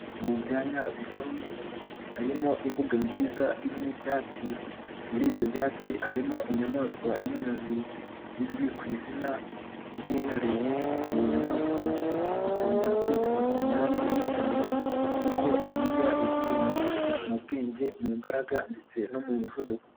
Mu byanya bikomye harimo imbuga nziza irimo ibyatsi, muri ibyo byatsi harimo inyamaswa y'inkazi izwi ku izina ry'intare. Iyi nyamaswa ikunda kwitwa umwami w'ishyamba kuko ihiga izindi nyamaswa mu bwenge, mu mbaraga ndetse no mu muvuduko.